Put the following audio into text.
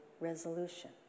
resolution